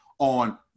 on